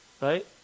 Right